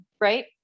right